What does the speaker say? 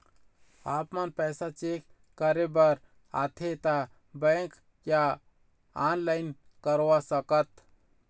आपमन पैसा चेक करे बार आथे ता बैंक या ऑनलाइन करवा सकत?